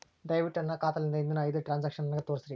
ದಯವಿಟ್ಟು ನನ್ನ ಖಾತಾಲಿಂದ ಹಿಂದಿನ ಐದ ಟ್ರಾಂಜಾಕ್ಷನ್ ನನಗ ತೋರಸ್ರಿ